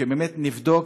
שבאמת נבדוק,